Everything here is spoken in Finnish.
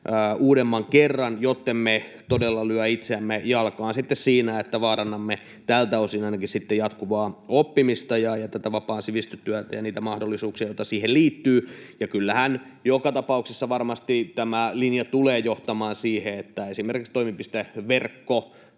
uudemman kerran, jottemme todella lyö itseämme jalkaan sitten siinä, että vaarannamme tältä osin ainakin jatkuvaa oppimista ja tätä vapaata sivistystyötä ja niitä mahdollisuuksia, joita siihen liittyy. Kyllähän joka tapauksessa tämä linja tulee varmasti johtamaan siihen, että esimerkiksi toimipisteverkko